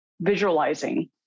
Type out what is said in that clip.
visualizing